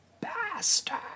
bastard